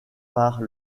par